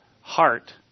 heart